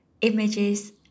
images